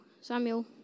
Samuel